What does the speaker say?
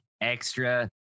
extra